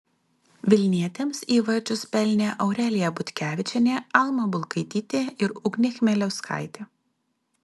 vilnietėms įvarčius pelnė aurelija butkevičienė alma balkaitytė ir ugnė chmeliauskaitė